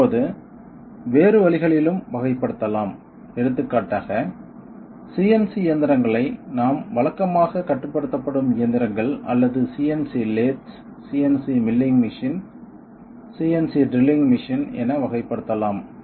இப்போது வேறு வழிகளிலும் வகைப்படுத்தலாம் எடுத்துக்காட்டாக CNC இயந்திரங்களை நாம் வழக்கமாகக் கட்டுப்படுத்தப்படும் இயந்திரங்கள் அல்லது CNC lathes CNC milling machine CNC drilling machine என வகைப்படுத்தலாம்